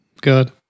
Good